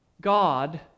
God